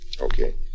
Okay